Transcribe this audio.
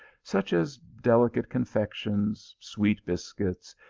such as delicate con fections, sweet biscuits,